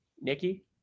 Nikki